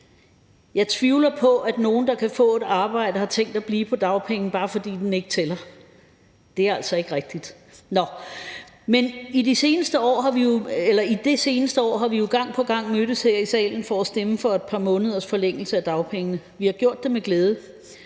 Jeg tvivler på, at nogle, der kan få et arbejde, har tænkt sig at blive på dagpenge, bare fordi den ikke tæller. Det er altså ikke rigtigt. Nå, men det seneste år har vi jo gang på gang mødtes her i salen for at stemme for et par måneders forlængelse af dagpengeperioden. Vi har gjort det med glæde,